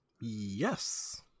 Yes